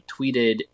tweeted